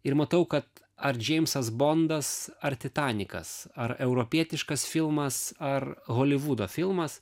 ir matau kad ar džeimsas bondas ar titanikas ar europietiškas filmas ar holivudo filmas